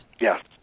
Yes